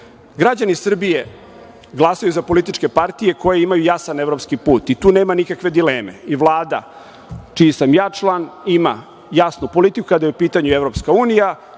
stigla. Građani Srbije glasaju za političke partije koje imaju jasan evropski put i tu nema nikakve dileme i Vlada, čiji sam ja član, ima jasnu politiku kada je u pitanju i EU. Ja ne